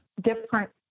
different